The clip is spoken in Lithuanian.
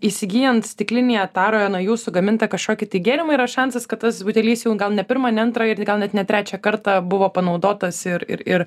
įsigyjant stiklinėje taroje na jūsų gamintą kažkokį tai gėrimą yra šansas kad tas butelis jau gal ne pirmą ne antrą ir gal net ne trečią kartą buvo panaudotas ir ir ir